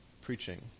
preaching